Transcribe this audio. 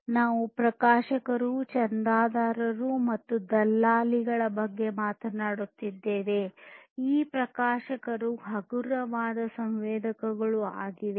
ನಾವು ಪ್ರಕಾಶಕರು ಚಂದಾದಾರರು ಮತ್ತು ದಲ್ಲಾಳಿಗಳ ಬಗ್ಗೆ ಮಾತನಾಡುತ್ತಿದ್ದೇವೆ ಈ ಪ್ರಕಾಶಕರು ಹಗುರವಾದ ಸಂವೇದಕಗಳು ಆಗಿವೆ